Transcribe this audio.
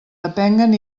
depenguen